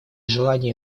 желании